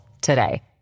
today